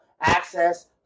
access